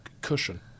cushion